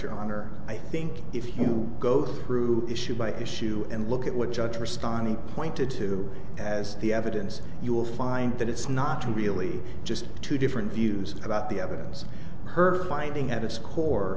your honor i think if you go through issue by issue and look at what judge responding pointed to as the evidence you will find that it's not really just two different views about the evidence her finding out the score